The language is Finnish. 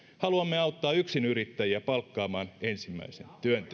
haluamme auttaa yksinyrittäjiä palkkaamaan ensimmäisen työntekijän